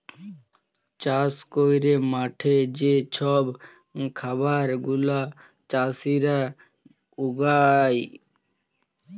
চাষ ক্যইরে মাঠে যে ছব খাবার গুলা চাষীরা উগায়